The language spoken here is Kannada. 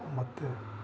ಮತ್ತು